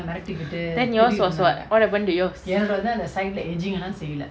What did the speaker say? then yours was what what happened to yours